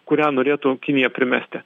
kurią norėtų kinija primesti